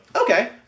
Okay